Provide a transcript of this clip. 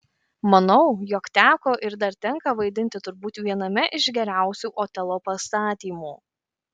manau jog teko ir dar tenka vaidinti turbūt viename iš geriausių otelo pastatymų